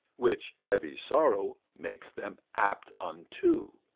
which heavy sorrow makes them apt unto.